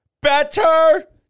better